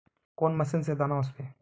कौन मशीन से दाना ओसबे?